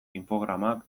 infogramak